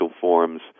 forms